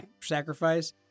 sacrifice